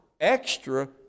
extra